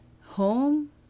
home